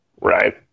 Right